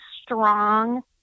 strong